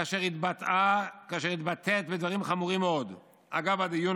כאשר התבטאה בדיבורים חמורים מאוד אגב הדיון